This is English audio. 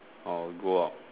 or go out